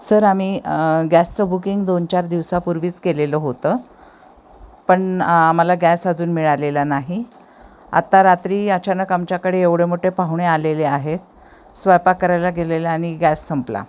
sir आम्ही गॅसचं booking दोन चार दिवसापूर्वीच केलेलं होतं पण आम्हाला गॅस अजून मिळालेला नाही आत्ता रात्री अचानक आमच्याकडे एवढे मोठे पाहुणे आलेले आहेत स्वयंपाक करायला गेलेले आणि गॅस संपला